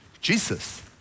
Jesus